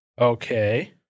Okay